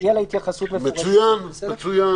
בתי משפט שלום הם בתי